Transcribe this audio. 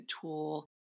tool